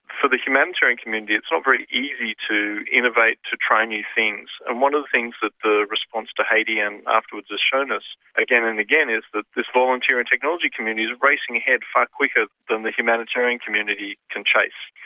for the humanitarian community it's not very easy to innovate, to try new things. and one of the things that the response to haiti and afterwards has shown us again and again is that this volunteer and technology community is racing ahead far quicker than the humanitarian community can chase.